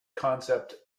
concept